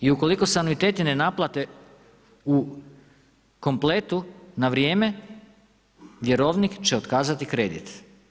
I ukoliko se anuiteti ne naplate u kompletu, na vrijeme, vjerovnik će otkazati kredit.